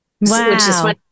Wow